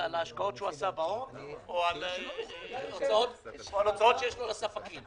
השקעות שהוא בהון או על הוצאות שיש לו לספקים.